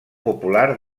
popular